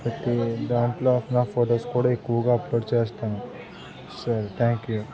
ప్రతి దాంట్లో నా ఫొటోస్ కూడా ఎక్కువగా అప్లోడ్ చేస్తాను సరి థ్యాంక్ యూ